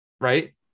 right